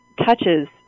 touches